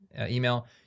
email